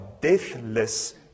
deathless